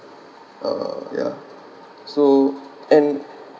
uh yeah so and